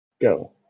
go